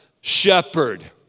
shepherd